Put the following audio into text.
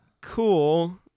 cool